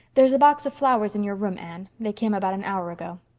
there's a box of flowers in your room, anne. they came about an hour ago.